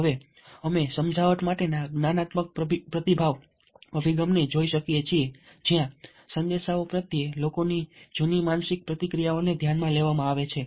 હવે અમે સમજાવટ માટેના જ્ઞાનાત્મક પ્રતિભાવ અભિગમને જોઈ શકીએ છીએ જ્યાં સંદેશાઓ પ્રત્યે લોકોની જૂની માનસિક પ્રતિક્રિયાઓને ધ્યાનમાં લેવામાં આવે છે